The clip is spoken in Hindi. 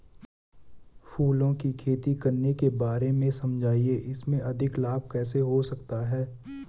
फूलों की खेती करने के बारे में समझाइये इसमें अधिक लाभ कैसे हो सकता है?